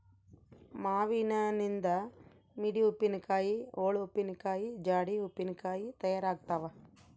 ಮಾವಿನನಿಂದ ಮಿಡಿ ಉಪ್ಪಿನಕಾಯಿ, ಓಳು ಉಪ್ಪಿನಕಾಯಿ, ಜಾಡಿ ಉಪ್ಪಿನಕಾಯಿ ತಯಾರಾಗ್ತಾವ